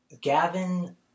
Gavin